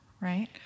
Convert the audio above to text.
Right